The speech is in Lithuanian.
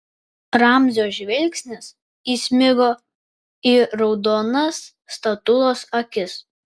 ramzio žvilgsnis įsmigo į raudonas statulos akis